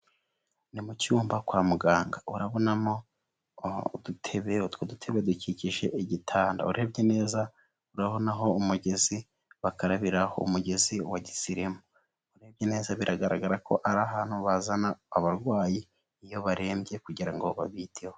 Ni mu cyumba kwa muganga, urabonamo udutebe, utwo dutebe dukikije igitanda, urebye neza urabonaho umugezi bakarabiraho, umugezi wa gisirimu, urebye neza biragaragara ko ari ahantu bazana abarwayi, iyo barembye kugira ngo babiteho.